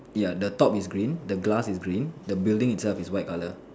ya the top is green the glass is green the building itself is white colour